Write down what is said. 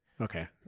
Okay